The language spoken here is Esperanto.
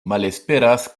malesperas